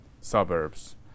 suburbs